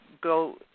go